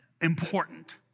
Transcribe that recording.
important